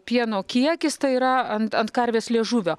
pieno kiekis tai yra ant karvės liežuvio